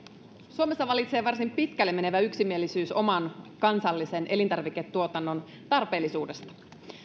suomessa vallitsee varsin pitkälle menevä yksimielisyys oman kansallisen elintarviketuotannon tarpeellisuudesta